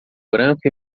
branco